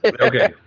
Okay